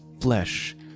flesh